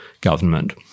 government